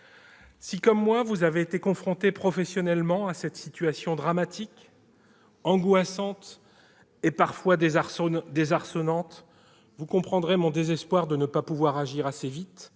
Si, comme moi, vous avez été confronté professionnellement à cette situation dramatique, angoissante et parfois désarçonnante, vous comprendrez mon désespoir de ne pas pouvoir agir assez vite,